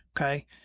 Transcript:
Okay